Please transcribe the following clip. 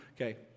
Okay